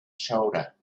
shoulder